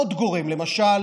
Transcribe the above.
עוד גורם, למשל